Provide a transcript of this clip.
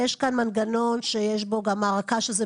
יש כאן מנגנון שיש בו גם הארקה שזה